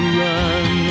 run